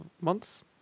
months